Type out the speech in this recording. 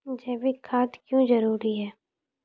जैविक खाद क्यो जरूरी हैं?